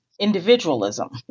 individualism